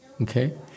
Okay